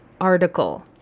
article